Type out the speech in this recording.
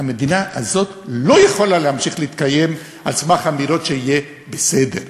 המדינה הזאת לא יכולה להמשיך להתקיים על סמך אמירות שיהיה בסדר,